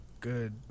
good